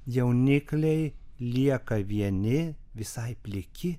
jaunikliai lieka vieni visai pliki